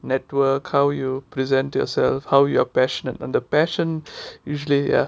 network how you present yourself how you are passionate and the passion usually ya